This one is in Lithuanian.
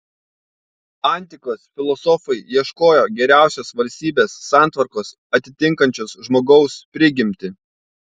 antikos filosofai ieškojo geriausios valstybės santvarkos atitinkančios žmogaus prigimtį